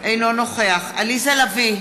אינו נוכח עליזה לביא,